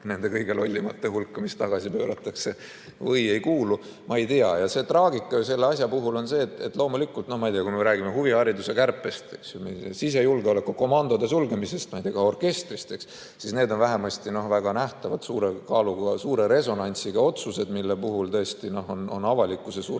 nende kõige lollimate otsuste hulka, mis tagasi pööratakse, või ei kuulu, seda ma ei tea. Traagika selle asja puhul on ju see, et loomulikult, no ma ei tea, kui me räägime huvihariduse kärpest, sisejulgeolekus komandode sulgemisest, ma ei tea, ka orkestrist, siis need on vähemasti väga nähtavad, suure kaaluga ja suure resonantsiga otsused, mille puhul tõesti on avalikkuse surve